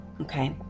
okay